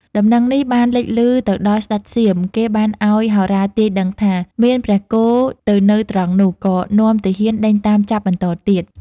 ដំណឹងនេះបានលេចឮទៅដល់ស្ដេចសៀម គេបានឲ្យហោរាទាយដឹងថា មានព្រះគោទៅនៅត្រង់នោះ ក៏នាំទាហានដេញតាមចាប់បន្តទៀត។